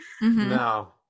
No